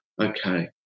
Okay